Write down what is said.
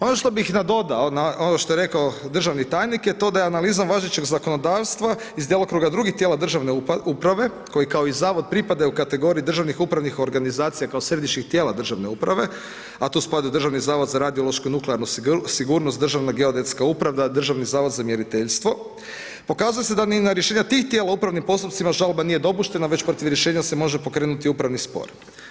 Ono što bih nadodao ono što je rekao državni tajnik je to da je analizom važećeg zakonodavstva iz djelokruga drugih tijela državne uprave koji kao i zavod pripadaju kategoriji državnih upravnih organizacija kao središnjih tijela državne uprave, a tu spada Državni zavod za radiološku i nuklearnu sigurnost, Državna geodetska uprava, Državni zavod za mjeriteljstvo, pokazuje se da ni na rješenja tih tijela upravni postupcima žalba nije dopuštena već protiv rješenja se može pokrenuti upravni spor.